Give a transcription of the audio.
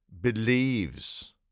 believes